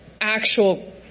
actual